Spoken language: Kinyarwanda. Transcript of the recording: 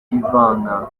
ivanka